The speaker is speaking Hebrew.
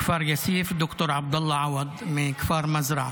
בכפר יאסיף, ד"ר עבדאללה עווד מכפר מזרעה.